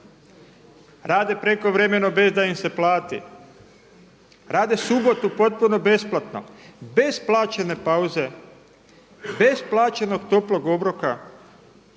Rade prekovremeno bez da im se plati. Rade subotu potpuno besplatno, bez plaćene pauze, bez plaćenog toplog obroka,